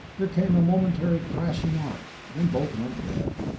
there came a momentary crashing arc, then both went dead,